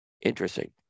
Interesting